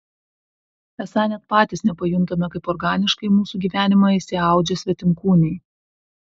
esą net patys nepajuntame kaip organiškai į mūsų gyvenimą įsiaudžia svetimkūniai